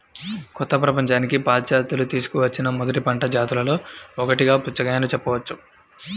కొత్త ప్రపంచానికి పాశ్చాత్యులు తీసుకువచ్చిన మొదటి పంట జాతులలో ఒకటిగా పుచ్చకాయను చెప్పవచ్చు